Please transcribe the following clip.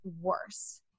worse